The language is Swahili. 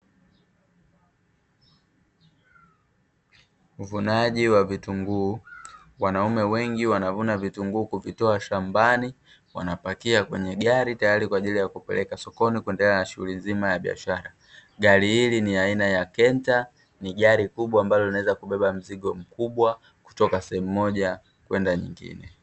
Uvunaji wa vitunguu wanaume wengi wanavuna vitunguu kuvitoa shambani wanapakia kwenye gari tayari kwa ajili ya kupeleka sokoni kuendelea na shughuli nzima ya biashara. gari hili ni aina ya "canter" ni gari kubwa ambalo linaloweza kubeba mzigo mkubwa kutoka sehemu moja kwenda nyingine.